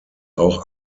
auch